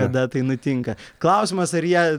kada tai nutinka klausimas ar jie